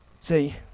See